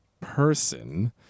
person